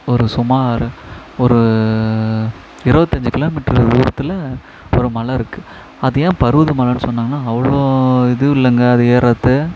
ஒரு சுமார் ஒரு இருபத்தி அஞ்சு கிலோமீட்டர் தூரத்தில் ஒரு மலை இருக்குது அது ஏன் பர்வதமலன்னு சொன்னாங்கன்னா அவ்வளோ இது இல்லைங்க அது ஏர்றது